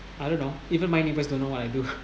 I don't know even my neighbours don't know what I do